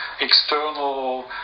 external